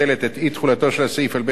על בית-הדין הצבאי לעבירות תנועה.